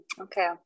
okay